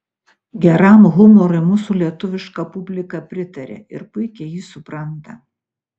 geram humorui mūsų lietuviška publika pritaria ir puikiai jį supranta